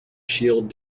shield